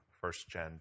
first-gen